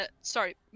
Sorry